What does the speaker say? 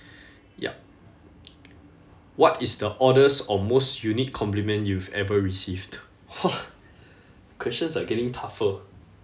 yup what is the oddest or most unique compliment you've ever received !wah! questions are getting tougher